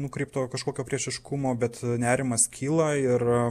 nukreipto kažkokio priešiškumo bet nerimas kyla ir